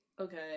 Okay